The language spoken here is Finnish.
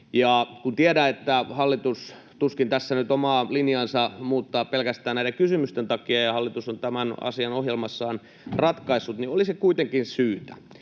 Tiedän, että hallitus tuskin tässä nyt omaa linjaansa muuttaa pelkästään näiden kysymysten takia ja hallitus on tämän asian ohjelmassaan ratkaissut, mutta kun tämä